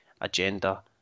agenda